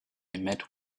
met